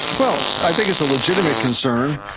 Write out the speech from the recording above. well, i think it's a legitimate concern.